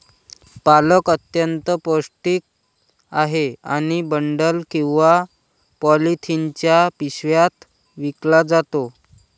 पालक अत्यंत पौष्टिक आहे आणि बंडल किंवा पॉलिथिनच्या पिशव्यात विकला जातो